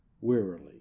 wearily